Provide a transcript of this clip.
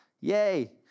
Yay